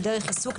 על דרך עיסוק,